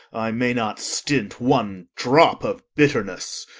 i may not stint one drop of bitterness.